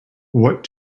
what